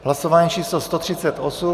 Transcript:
Hlasování číslo 138.